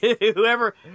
whoever